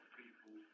people